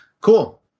Cool